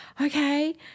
okay